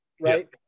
right